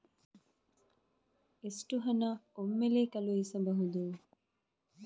ಎಷ್ಟು ಹಣ ಒಮ್ಮೆಲೇ ಕಳುಹಿಸಬಹುದು?